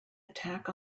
attack